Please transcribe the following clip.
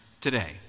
today